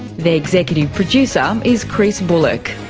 the executive producer um is chris bullock,